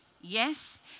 Yes